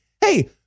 hey